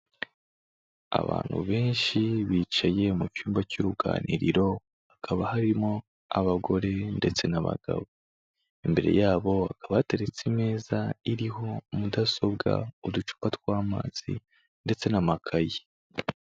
Abantu benshi bicaye mu cyumba cy'uruganiriro, hakaba harimo abagore ndetse n'abagabo, imbere yabo haba hateretse imeza iriho mudasobwa, uducupa tw'amazi ndetse n'amakayi.